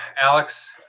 Alex